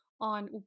on